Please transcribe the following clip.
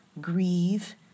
grieve